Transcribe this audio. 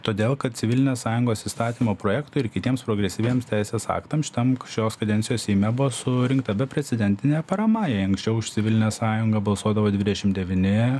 todėl kad civilinės sąjungos įstatymo projektui ir kitiems progresyviems teisės aktams šitam šios kadencijos seime buvo surinkta beprecedentinė parama jei anksčiau už civilinę sąjungą balsuodavo dvidešim devyni